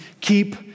Keep